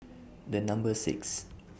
The Number six